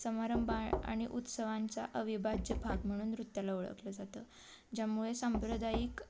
समारंभ आणि उत्सवांचा अविभाज्य भाग म्हणून नृत्याला ओळखलं जातं ज्यामुळे सांप्रदायिक